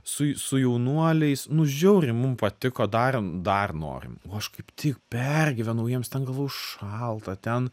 su su jaunuoliais nu žiauriai mum patiko darom dar norim o aš kaip tik pergyvenau jiems ten galvojau šalta ten